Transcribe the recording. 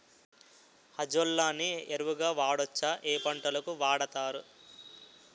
Azolla ని ఎరువు గా వాడొచ్చా? ఏ పంటలకు వాడతారు?